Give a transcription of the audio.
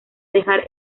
dejar